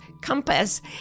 compass